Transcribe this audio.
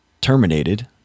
terminated